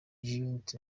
unit